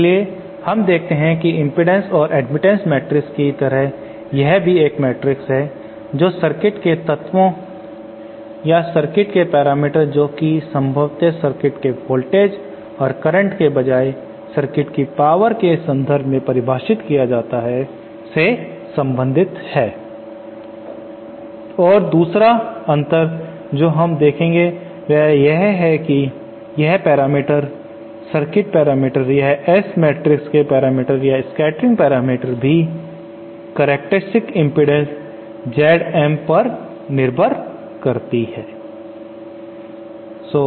इसलिए हम देखते हैं कि इम्पीडेन्स और एडमिटन्स मैट्रिक्स की तरह यह भी एक मैट्रिक्स है जो सर्किट के तत्वों या सर्किट के पैरामीटर्स जोकि संभवत सर्किट के वोल्टेज या करंट की बजाए सर्किट की पावर के संदर्भ में परिभाषित किया जाता है से संबंधित है और दूसरा अंतर जो हम देखेंगे वह यह है कि यह पैरामीटर सर्किट पैरामीटर यह S मैट्रिक्स के पैरामीटर या स्कैटरिंग पैरामीटर भी करक्टेरिस्टिक्स इम्पीडेन्स Z M पर निर्भर करती है